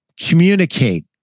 communicate